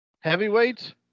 Heavyweight